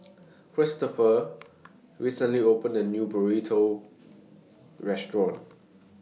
Kristopher recently opened A New Burrito Restaurant